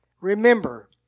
Remember